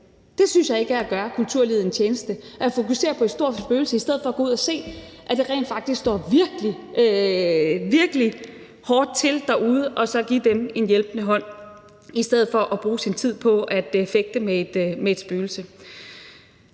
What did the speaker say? Det synes jeg ikke er at gøre kulturlivet en tjeneste, altså at fokusere på et stort spøgelse i stedet for at gå ud at se, at det rent faktisk står virkelig, virkelig hårdt til derude, og så give dem en hjælpende hånd. I stedet for bruger man sin tid på at fægte med et spøgelse.